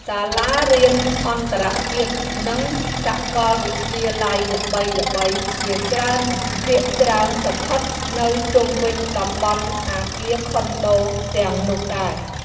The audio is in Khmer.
សាលារៀនអន្តរជាតិនិងសាកលវិទ្យាល័យល្បីៗជាច្រើនភាគច្រើនស្ថិតនៅជុំវិញតំបន់អគារខុនដូទាំងនោះដែរ។